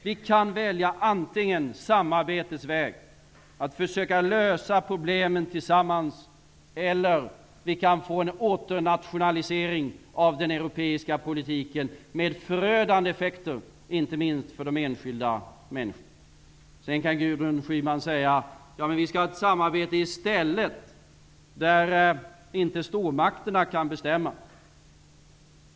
Vi kan antingen välja samarbetets väg, att försöka lösa problemen tillsammans, eller att få en åternationalisering av den europeiska politiken, med förödande effekter inte minst för de enskilda människorna. Sedan kan Gudrun Schyman säga att vi i stället skall ha ett samarbete där stormakterna inte kan bestämma.